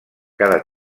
cada